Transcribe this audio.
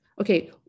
okay